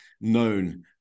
known